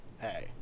hey